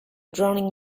drowning